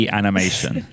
animation